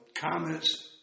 comments